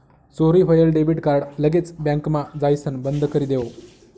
चोरी व्हयेल debit card लगेच बँकमा जाइसण बंदकरी देवो